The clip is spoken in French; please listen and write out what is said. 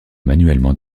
manuellement